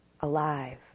alive